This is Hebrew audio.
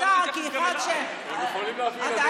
הם יכולים להביא ילדים.